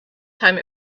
time